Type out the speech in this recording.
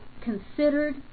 considered